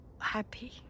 happy